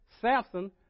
Samson